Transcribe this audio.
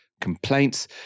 complaints